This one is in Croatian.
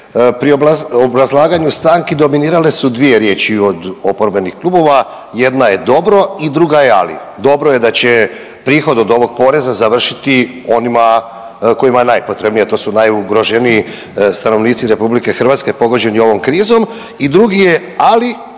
pri obrazlaganju stanki dominirale su dvije riječi od oporbenih klubova, jedna je „dobro“ i druga je „ali“. Dobro je da će prihod od ovog poreza završiti onima kojima je najpotrebnije, to su najugroženiji stanovnici RH pogođeni ovom krizom i drugi je ali